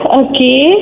okay